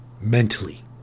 Mentally